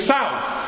South